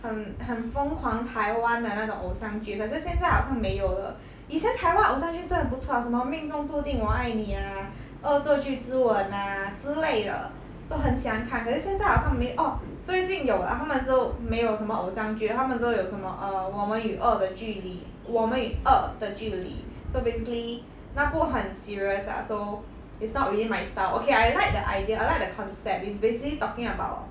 很很疯狂台湾的那种偶像剧可是现在好像没有了以前台湾偶像剧真的不错啊什么命中注定我爱你啊恶作剧之吻啊之类的都很喜欢看可是现在好像没 orh 最近有然后它们之后没有什么偶像剧了它们之后有什么 err 我们与恶的距离我们与恶的距离 so basically 那部很 serious lah so it's not really my style okay I like the idea I like the concept is basically talking about